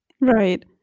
right